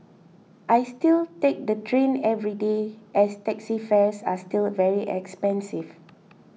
I still take the train every day as taxi fares are still very expensive